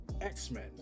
x-men